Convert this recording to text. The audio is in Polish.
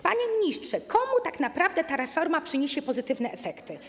Panie ministrze, komu tak naprawdę ta reforma przyniesie pozytywne efekty?